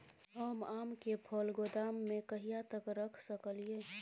हम आम के फल गोदाम में कहिया तक रख सकलियै?